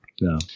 No